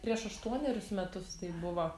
prieš aštuonerius metus tai buvo